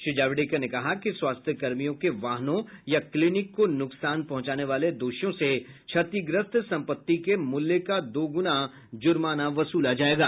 श्री जावड़ेकर ने कहा कि स्वास्थ्यकर्मियों के वाहनों या क्लीनिक को नुकसान पहुंचाने वाले दोषियों से क्षतिग्रस्त सम्पत्ति के मूल्य का दोगुना जुर्माना वसूला जाएगा